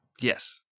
Yes